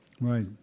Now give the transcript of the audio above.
Right